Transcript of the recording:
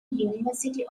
university